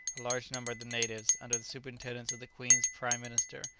a large number of the natives, under the superintendence of the queen's prime minister,